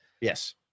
Yes